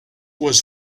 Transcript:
was